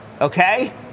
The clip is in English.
Okay